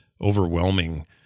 overwhelming